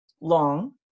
long